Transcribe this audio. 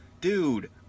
dude